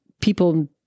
people